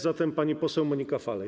Zatem pani poseł Monika Falej.